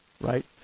right